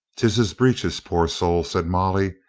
tis his breeches, poor soul, said molly,